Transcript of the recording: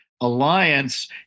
alliance